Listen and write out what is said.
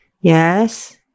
Yes